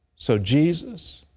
so, jesus,